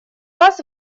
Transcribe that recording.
вас